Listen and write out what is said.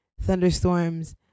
thunderstorms